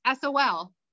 SOL